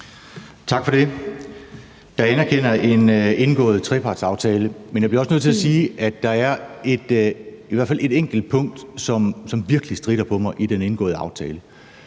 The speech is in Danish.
Tak for det. Jeg anerkender en indgået trepartsaftale. Men jeg bliver også nødt til at sige, at der er i hvert fald et enkelt punkt i den indgåede aftale,